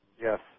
Yes